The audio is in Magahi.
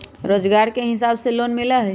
रोजगार के हिसाब से लोन मिलहई?